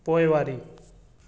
पोइवारी